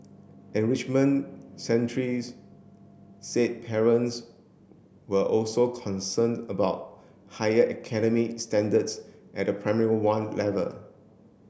enrichment centres said parents were also concerned about higher academic standards at the Primary One level